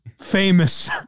famous